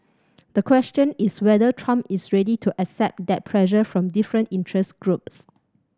the question is whether Trump is ready to accept that pressure from different interest groups